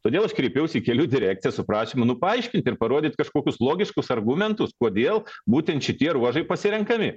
todėl aš kreipiausi į kelių direkciją su prašymu nu paaiškint ir parodyt kažkokius logiškus argumentus kodėl būtent šitie ruožai pasirenkami